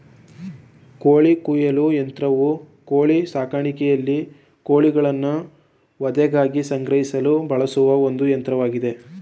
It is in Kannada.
ಕೋಳಿ ಕೊಯ್ಲು ಯಂತ್ರವು ಕೋಳಿ ಸಾಕಾಣಿಕೆಯಲ್ಲಿ ಕೋಳಿಗಳನ್ನು ವಧೆಗಾಗಿ ಸಂಗ್ರಹಿಸಲು ಬಳಸುವ ಒಂದು ಯಂತ್ರವಾಗಿದೆ